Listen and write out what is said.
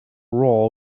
raw